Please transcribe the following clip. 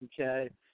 Okay